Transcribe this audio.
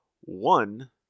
one